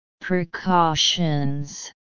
Precautions